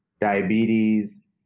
diabetes